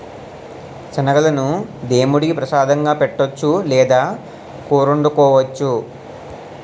శనగలను దేముడికి ప్రసాదంగా పెట్టొచ్చు లేదా కూరొండుకోవచ్చు